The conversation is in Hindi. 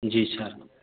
जी सर